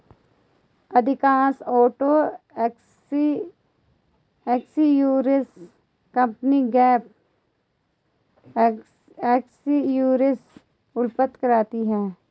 अधिकांशतः auto insurance company gap insurance उपलब्ध कराती है